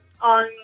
on